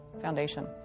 foundation